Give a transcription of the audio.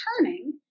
turning